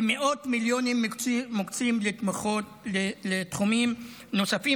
מאות מיליונים מוקצים לתחומים נוספים,